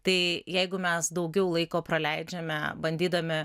tai jeigu mes daugiau laiko praleidžiame bandydami